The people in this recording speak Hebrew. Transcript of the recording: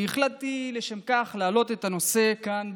והחלטתי לשם כך להעלות את הנושא כאן,